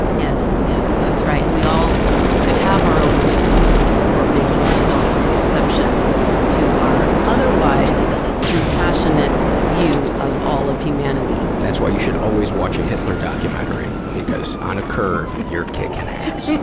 yes, that's right. we all could have our own reasons for making ourselves the exception to our otherwise compassionate view of all of humanity. that's why you should always watch a hitler documentary, because on a curve, you're kicking ass. so